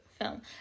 film